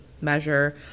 measure